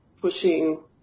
pushing